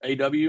AW